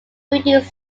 buildings